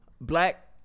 black